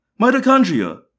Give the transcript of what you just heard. mitochondria